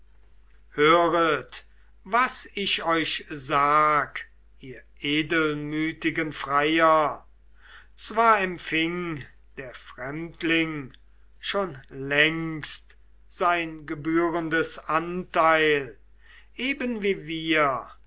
höret was ich euch sag ihr edelmütigen freier zwar empfing der fremdling schon längst sein gebührendes anteil eben wie wir